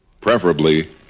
preferably